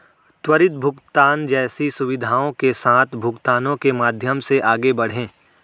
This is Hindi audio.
त्वरित भुगतान जैसी सुविधाओं के साथ भुगतानों के माध्यम से आगे बढ़ें